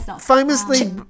famously